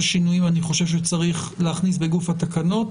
שינויים אני חושב שצריך להכניס בגוף התקנות.